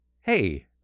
hey